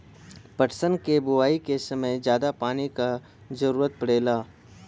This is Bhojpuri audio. पटसन क बोआई के समय जादा पानी क जरूरत पड़ेला